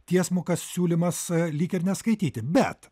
tiesmukas siūlymas lyg ir neskaityti bet